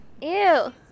Ew